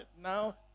now